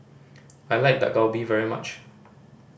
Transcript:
I like Dak Galbi very much